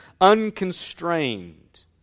unconstrained